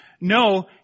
No